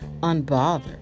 unbothered